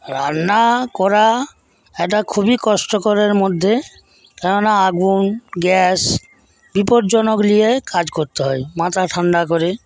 রান্না করা একটা খুবই কষ্টকরের মধ্যে কেননা আগুন গ্যাস বিপজ্জনক লিয়ে কাজ করতে হয় মাথা ঠান্ডা করে